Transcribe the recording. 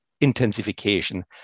intensification